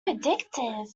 addictive